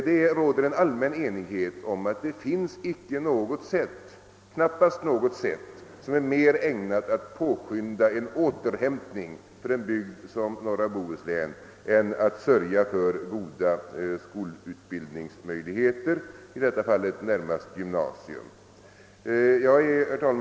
Det råder en allmän enighet om att det knappast finns något sätt som är mer ägnat att påskynda en återhämtning för en bygd som norra Bohuslän än att sörja för goda skolutbildningsmöjligheter — i detta fall rör det sig närmast om ett gymnasium. Herr talman!